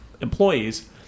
employees